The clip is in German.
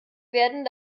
werden